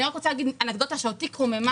אני רק רוצה לומר אנקדוטה שאותי קוממה.